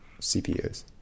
CPUs